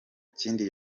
kindi